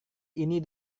ini